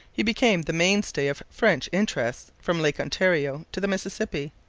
he became the mainstay of french interests from lake ontario to the mississippi.